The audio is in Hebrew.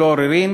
ללא עוררין,